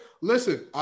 Listen